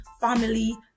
family